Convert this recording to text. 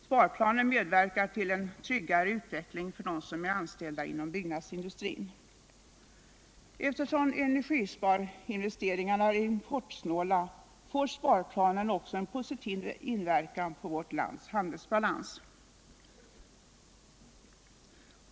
Sparmedlen medverkar till en tryggare utveckling för dem som är anställda inom byggnadsindustrin. Eftersom energisparinvesteringarna är importsnåla får sparplanen också en positiv inverkan på vårt lands handelsbalans.